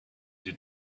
due